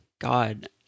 God